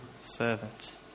servant